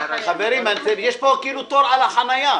חברים, יש פה כאילו תור על החניה.